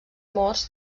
morts